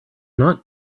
not